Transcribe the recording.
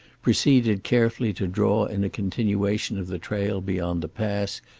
proceeded carefully to draw in a continuation of the trail beyond the pass,